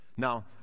Now